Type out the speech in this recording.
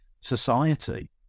society